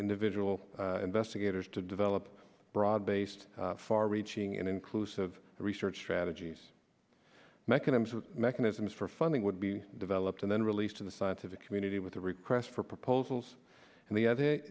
individual investigators to develop broad based far reaching and inclusive research strategies mechanisms the mechanisms for funding would be developed and then released to the scientific community with the request for proposals and the other